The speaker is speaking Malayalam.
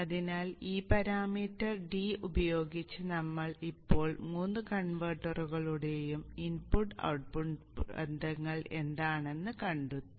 അതിനാൽ ഈ പരാമീറ്റർ d ഉപയോഗിച്ച് നമ്മൾ ഇപ്പോൾ മൂന്ന് കൺവെർട്ടറുകളുടെയും ഇൻപുട്ട് ഔട്ട്പുട്ട് ബന്ധങ്ങൾ എന്താണെന്ന് കണ്ടെത്തും